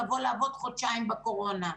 לבוא לעבוד חודשיים בקורונה.